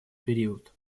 период